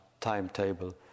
timetable